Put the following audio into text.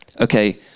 Okay